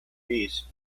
beast